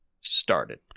started